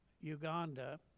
uganda